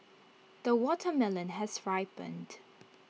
the watermelon has ripened